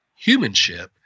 humanship